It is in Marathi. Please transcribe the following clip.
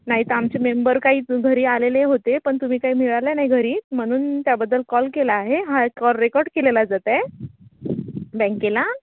नाही तर आमचे मेंबर काही घरी आलेले होते पण तुम्ही काही मिळालं नाही घरी म्हणून त्याबद्दल कॉल केला आहे हा कॉल रेकॉर्ड केलेला जात आहे बँकेला